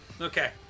Okay